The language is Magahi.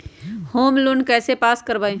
होम लोन कैसे पास कर बाबई?